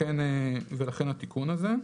לכן התיקון הזה.